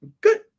Good